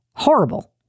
horrible